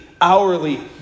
hourly